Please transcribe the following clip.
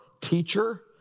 teacher